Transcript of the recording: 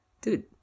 Dude